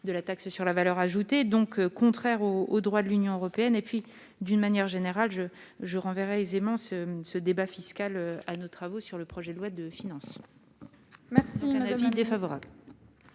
de la taxe sur la valeur ajoutée, donc contraire au au droit de l'Union européenne et puis d'une manière générale, je, je renverrai aisément ce ce débat fiscal à nos travaux sur le projet de loi de finances merci défavorable.